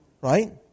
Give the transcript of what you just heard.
right